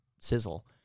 sizzle